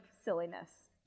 silliness